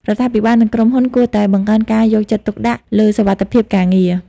រដ្ឋាភិបាលនិងក្រុមហ៊ុនគួរតែបង្កើនការយកចិត្តទុកដាក់លើសុវត្ថិភាពការងារ។